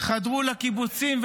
חדרו לקיבוצים,